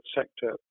sector